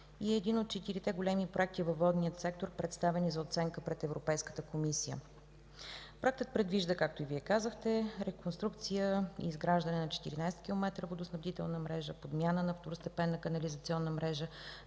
е един от четирите големи проекта във водния сектор, представени за оценка пред Европейската комисия. Проектът предвижда, както и Вие казахте, реконструкция и изграждане на 14 км водоснабдителна мрежа, подмяна на второстепенна канализационна мрежа,